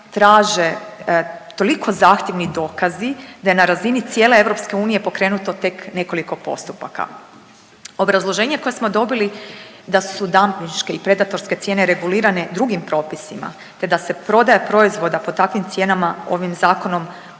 traže toliko zahtjevni dokazi da je na razini cijele EU pokrenuto tek nekoliko postupaka. Obrazloženje koje smo dobili da su dampinške i predatorske cijene regulirane drugim propisima, te da se prodaja proizvoda po takvim cijenama ovim zakonom